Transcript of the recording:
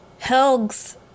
Helg's